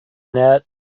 net